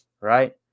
Right